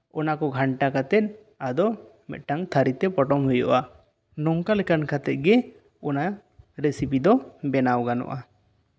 ᱚᱱᱟ ᱠᱚ ᱜᱷᱟᱱᱴᱟ ᱠᱟᱛᱮ ᱟᱫᱚ ᱢᱤᱫᱴᱟᱝ ᱛᱷᱟᱹᱨᱤ ᱛᱮ ᱯᱚᱴᱚᱢ ᱦᱩᱭᱩᱜᱼᱟ ᱱᱚᱝᱠᱟ ᱞᱮᱠᱟ ᱠᱟᱛᱮᱱ ᱜᱮ ᱚᱱᱟ ᱨᱮᱥᱤᱯᱤ ᱫᱚ ᱵᱮᱱᱟᱣ ᱜᱟᱱᱚᱜᱼᱟ